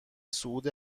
صعود